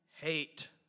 hate